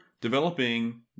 developing